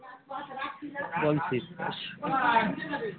বলছি